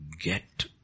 get